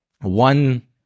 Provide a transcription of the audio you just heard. one